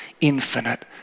infinite